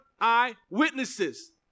eyewitnesses